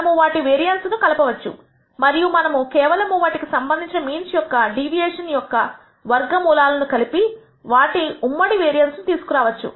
మనము వాటి వేరియన్సస్ కలపవచ్చు మరియు మనము కేవలము వాటికి సంబంధించిన మీన్స్ యొక్క డీవియేషన్ యొక్క ఒక వర్గం మూలాలను కలిపి వాటి ఉమ్మడి వేరియన్స్ ను తీసుకురావచ్చు